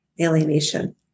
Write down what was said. alienation